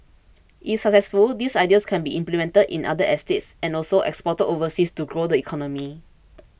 if successful these ideas can be implemented in other estates and also exported overseas to grow the economy